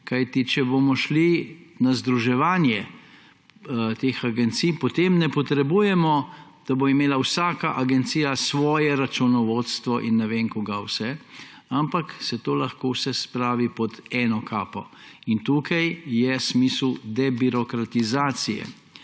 oklestiti. Če bomo šli na združevanje teh agencij, potem na potrebujemo, da bo imela vsaka agencija svoje računovodstvo in ne vem kaj vse, ampak se to lahko vse spravi pod eno kapo. In tukaj je smisel debirokratizacije.